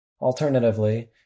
Alternatively